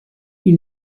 you